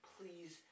Please